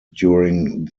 during